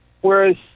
whereas